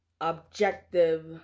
objective